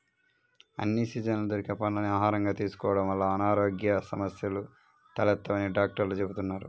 అన్ని సీజన్లలో దొరికే పండ్లని ఆహారంగా తీసుకోడం వల్ల అనారోగ్య సమస్యలు తలెత్తవని డాక్టర్లు చెబుతున్నారు